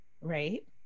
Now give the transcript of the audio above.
right